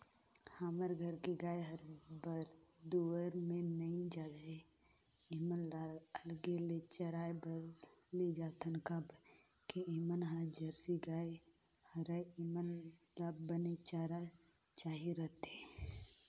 हमर घर के गाय हर बरदउर में नइ जाये ऐमन ल अलगे ले चराए बर लेजाथन काबर के ऐमन ह जरसी गाय हरय ऐेमन ल बने चारा चाही रहिथे